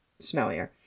smellier